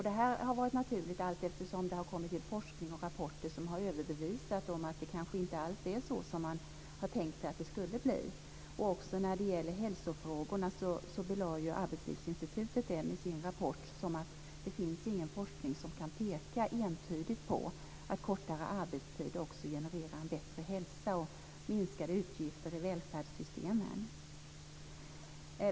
Det här har varit naturligt allteftersom det har kommit forskning och rapporter som överbevisat att det kanske inte alls är så som man hade tänkt sig att det skulle bli. Också när det gäller hälsofrågorna belade Arbetslivsinstitutet med sin rapport att det inte finns någon forskning som entydigt kan peka på att kortare arbetstid också genererar en bättre hälsa och minskade utgifter i välfärdssystemen.